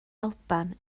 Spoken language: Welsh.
alban